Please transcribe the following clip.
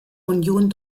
union